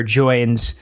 joins